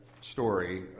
story